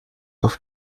auf